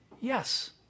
Yes